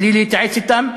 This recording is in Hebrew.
בלי להתייעץ אתם?